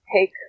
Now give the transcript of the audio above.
take